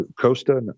Costa